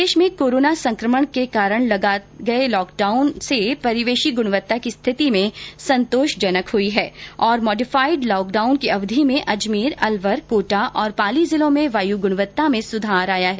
प्रदेश में कोरोना संक्रमण के कारण लगाये गये लॉकडाउन से वायु गुणवत्ता की स्थिति संतोषजनक हुई हैं और मोडिफाइड लॉकडाउन की अवधि में अजमेर अलवर कोटा और पाली जिलों में वायु गुणवत्ता में सुधार आया है